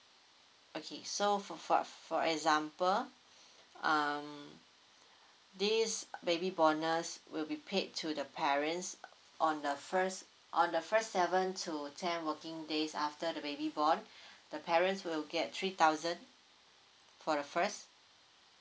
okay so for for for example um this baby bonus will be paid to the parents on the first on the first seven to ten working days after the baby born the parents will get three thousand for the first